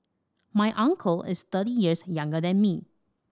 my uncle is thirty years younger than me